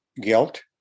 guilt